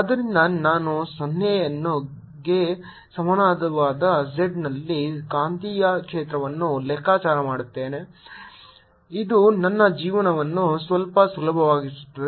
ಆದ್ದರಿಂದ ನಾನು 0 ಗೆ ಸಮಾನವಾದ z ನಲ್ಲಿ ಕಾಂತೀಯ ಕ್ಷೇತ್ರವನ್ನು ಲೆಕ್ಕಾಚಾರ ಮಾಡುತ್ತೇನೆ ಇದು ನನ್ನ ಜೀವನವನ್ನು ಸ್ವಲ್ಪ ಸುಲಭಗೊಳಿಸುತ್ತದೆ